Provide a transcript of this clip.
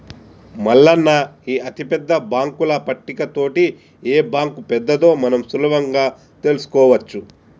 మల్లన్న ఈ అతిపెద్ద బాంకుల పట్టిక తోటి ఏ బాంకు పెద్దదో మనం సులభంగా తెలుసుకోవచ్చు